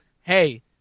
hey